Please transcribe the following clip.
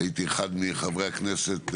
הקפדתי להגיע לרוב הישיבות,